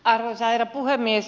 arvoisa herra puhemies